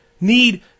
need